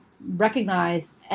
recognize